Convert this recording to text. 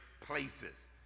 places